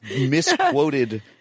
misquoted